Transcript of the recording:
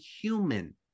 human